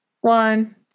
one